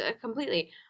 completely